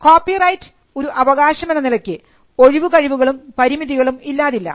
copyright ഒരു അവകാശം എന്ന നിലയ്ക്ക് ഒഴിവുകഴിവുകളും പരിമിതികളും ഇല്ലാതില്ല